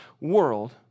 world